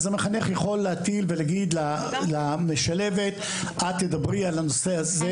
אז המחנך יכול להגיד למשלבת: אל תדברי על הנושא הזה וזה.